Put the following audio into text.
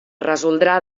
resoldrà